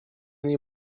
nie